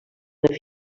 una